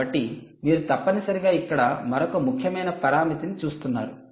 కాబట్టి మీరు తప్పనిసరిగా ఇక్కడ మరొక ముఖ్యమైన పరామితిని చూస్తున్నారు